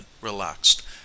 relaxed